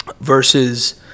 Versus